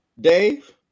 Dave